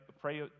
pray